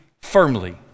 firmly